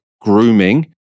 grooming